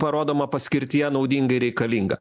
parodoma paskirtyje naudinga ir reikalinga